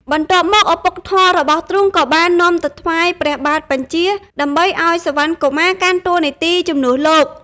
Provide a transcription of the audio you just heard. បន្ទាប់មក ឪពុកធម៌របស់ទ្រង់ក៏បាននាំទៅថ្វាយព្រះបាទបញ្ចាល៍ ដើម្បីឱ្យសុវណ្ណកុមារកាន់តួនាទីជំនួសលោក។